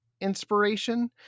inspiration